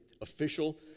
official